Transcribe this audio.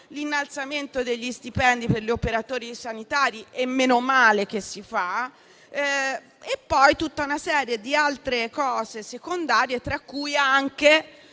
l'innalzamento degli stipendi per gli operatori sanitari (e meno male che si fa). Poi ci sono tutta una serie di altre misure secondarie, tra cui anche